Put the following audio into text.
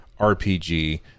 RPG